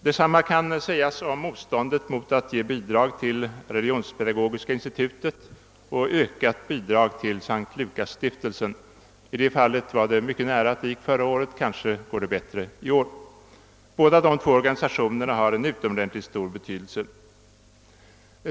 Detsamma kan sägas om motståndet mot att ge bidrag till Religionspedagogiska institutet och ökat bidrag till S:t Lukasstiftel :sen. Det var mycket nära att det lyckades i fråga om S:t Lukasstiftelsen förra året, kanske går det bättre i år. Båda dessa organisationer har nämligen en utomordentligt stor betydelse.